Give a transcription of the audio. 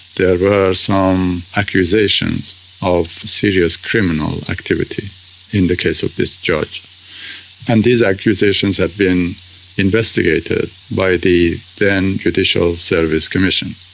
there were some accusations of serious criminal activity in the case of this judge and these accusations had been investigated by the then judicial service commission.